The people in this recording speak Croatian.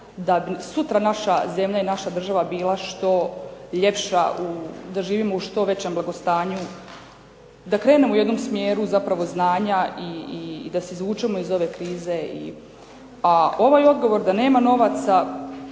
da bi sutra naša zemlja i naša država bila što ljepša, da živimo u što većem blagostanju, da krenemo u jednom smjeru zapravo znanja i da se izvučemo iz ove krize. A ovaj odgovor da nema novaca